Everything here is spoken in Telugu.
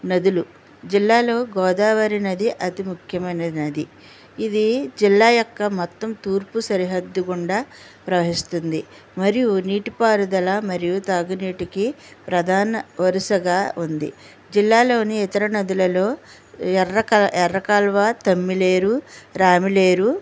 నదులు జిల్లాలో గోదావరి నది అతి ముఖ్యమైన నది ఇది జిల్లా యొక్క మొత్తం తూర్పు సరిహద్దు గుండా ప్రవహిస్తుంది మరియు నీటిపారుదల మరియు తాగునీటికి ప్రధాన వరుసగా ఉంది జిల్లాలోనే ఇతర నదులలో ఎర్రకా ఎర్రకాలువ తమ్మిలేరు రామిలేరు